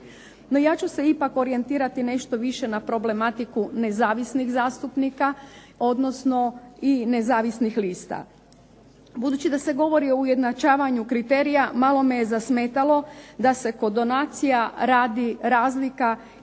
No, ja ću se ipak orijentirati nešto više na problematiku nezavisnih zastupnika, odnosno i nezavisnih lista. Budući da se govori o ujednačavanju kriterija malo me je zasmetalo da se kod donacija radi razlika između